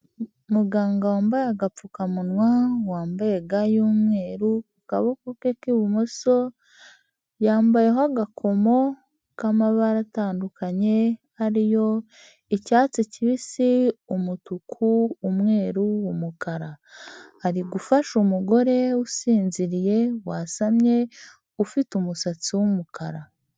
Umuganga wambaye agapfukamunwa wambaye ga y'umweru, ku kaboko ke k'ibumoso yambayeho agakomo k'amabara atandukanye, ariyo icyatsi kibisi, umutuku, umweru, umukara, ari gufasha umugore usinziriye wasamye ufite umusatsi w'umukara.